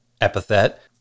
epithet